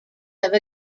have